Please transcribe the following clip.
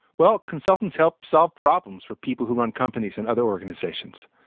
well, consultants help solve problems for people who run companies and other organizations.